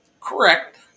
Correct